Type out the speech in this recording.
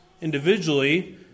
individually